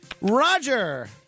Roger